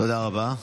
תודה רבה.